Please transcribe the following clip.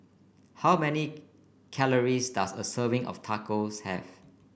how many calories does a serving of Tacos have